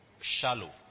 shallow